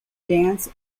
dance